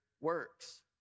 works